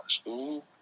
school